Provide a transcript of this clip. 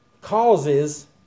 causes